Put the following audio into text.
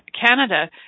Canada